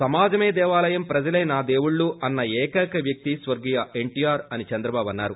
సమాజమే దేవాలయం ప్రజలే నా దేవుళ్లు అస్స ఏకైక వ్వక్తి స్వర్గీయ ఎన్షీఆర్ అని చెంద్రబాబు అన్నారు